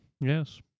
yes